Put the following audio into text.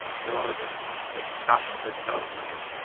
normans, but bastard normans,